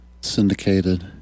syndicated